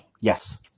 Yes